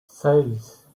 seis